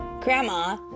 Grandma